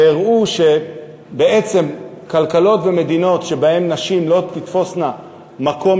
והראו שבעצם כלכלות במדינות שבהן נשים לא תתפוסנה מקום